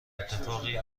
اتفاقی